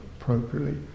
appropriately